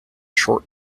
short